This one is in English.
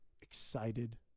excited